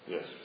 Yes